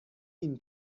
این